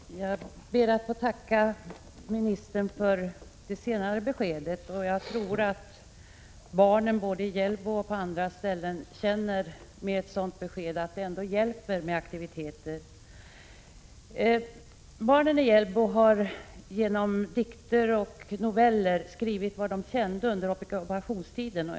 Fru talman! Jag ber att få tacka ministern för det senare beskedet. Jag tror att barnen i Hjällbo och på andra ställen efter ett sådant besked känner att det ändå hjälper med aktioner. Barnen i Hjällbo har i dikter och noveller beskrivit hur de kände under ockupationstiden.